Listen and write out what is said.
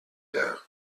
down